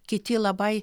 kiti labai